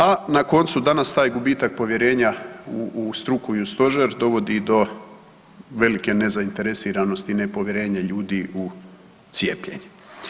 A na koncu taj gubitak povjerenja u struku i u stožer dovodi do velike nezainteresiranosti i nepovjerenje ljudi u cijepljenje.